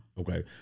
Okay